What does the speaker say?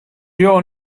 your